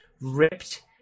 ripped